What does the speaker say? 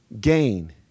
gain